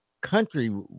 country